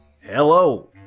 Hello